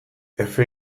efe